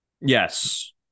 Yes